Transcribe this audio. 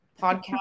podcast